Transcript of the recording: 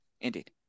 indeed